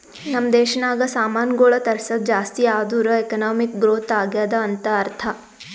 ನಮ್ ದೇಶನಾಗ್ ಸಾಮಾನ್ಗೊಳ್ ತರ್ಸದ್ ಜಾಸ್ತಿ ಆದೂರ್ ಎಕಾನಮಿಕ್ ಗ್ರೋಥ್ ಆಗ್ಯಾದ್ ಅಂತ್ ಅರ್ಥಾ